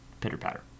pitter-patter